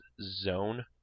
zone